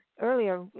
earlier